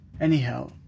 Anyhow